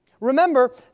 Remember